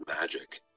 magic